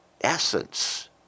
essence